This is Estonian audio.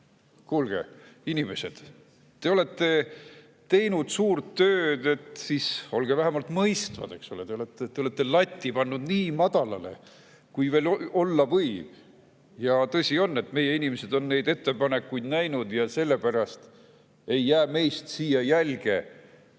Kuulge, inimesed! Te olete teinud suurt tööd, olge siis vähemalt mõistvad, eks ole. Te olete lati pannud nii madalale, kui olla võib. Tõsi on, et meie inimesed on neid ettepanekuid näinud ja sellepärast ei jää meist siia jälge,